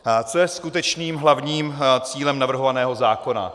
Co je skutečným hlavním cílem navrhovaného zákona?